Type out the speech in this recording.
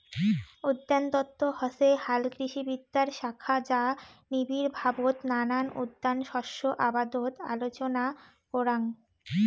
উদ্যানতত্ত্ব হসে হালকৃষিবিদ্যার শাখা যা নিবিড়ভাবত নানান উদ্যান শস্য আবাদত আলোচনা করাং